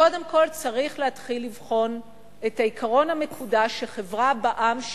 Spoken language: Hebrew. קודם כול צריך להתחיל לבחון את העיקרון המקודש שחברה בע"מ,